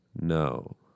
No